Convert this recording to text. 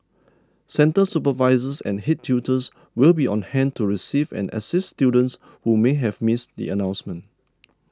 centre supervisors and head tutors will be on hand to receive and assist students who may have missed the announcement